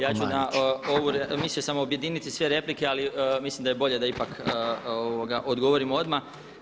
Ja ću na ovu repliku, mislio sam objediniti sve replike ali mislim da je bolje da ipak odgovorim odmah.